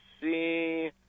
see